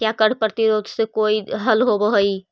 क्या कर प्रतिरोध से कोई हल होवअ हाई